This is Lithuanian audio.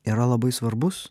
yra labai svarbus